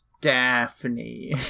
Daphne